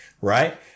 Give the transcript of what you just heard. right